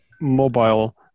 mobile